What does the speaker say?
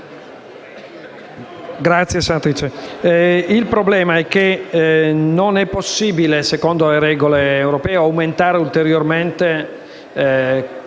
il problema è che non è possibile, secondo le regole europee, aumentare ulteriormente